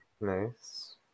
Nice